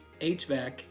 HVAC